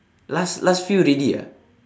last last few already ah